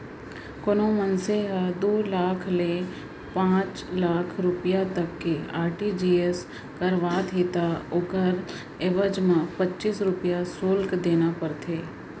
कोनों मनसे ह दू लाख ले पांच लाख रूपिया तक के आर.टी.जी.एस करावत हे त ओकर अवेजी म पच्चीस रूपया सुल्क देना परथे